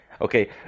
Okay